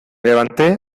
levanté